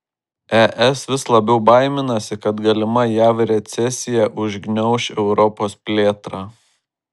es vis labiau baiminasi kad galima jav recesija užgniauš europos plėtrą